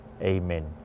Amen